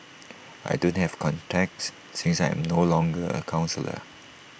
I don't have contacts since I am no longer A counsellor